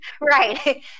right